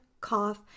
cough